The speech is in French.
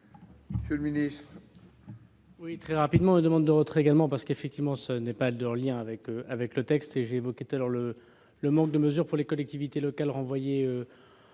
Monsieur le ministre,